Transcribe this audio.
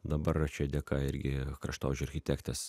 dabar čia dėka irgi kraštovaizdžio architektės